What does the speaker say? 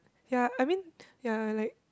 ya I mean ya like